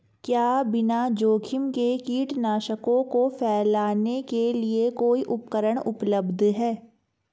क्या बिना जोखिम के कीटनाशकों को फैलाने के लिए कोई उपकरण उपलब्ध है?